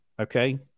okay